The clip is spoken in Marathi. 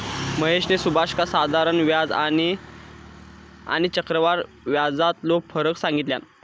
महेशने सुभाषका साधारण व्याज आणि आणि चक्रव्याढ व्याजातलो फरक सांगितल्यान